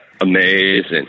amazing